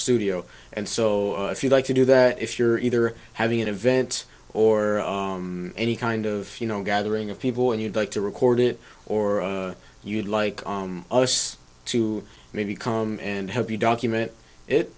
studio and so if you like to do that if you're either having an event or any kind of you know gathering of people and you'd like to record it or you'd like us to maybe come and help you document it